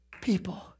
people